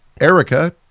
Erica